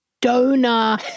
donor